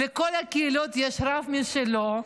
לכל הקהילות יש רב משלהן,